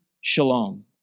shalom